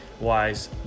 wise